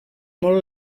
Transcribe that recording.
molt